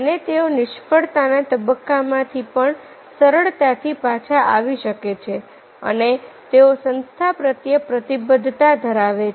અને તેઓ નિષ્ફળતાના તબક્કા માંથી પણ સરળતાથી પાછા આવી શકે છે અને તેઓ સંસ્થા પ્રત્યે પ્રતિબદ્ધતા ધરાવે છે